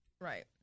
Right